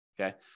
Okay